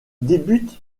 débute